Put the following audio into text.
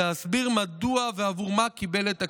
להסביר מדוע ועבור מה קיבל את הכסף.